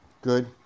Good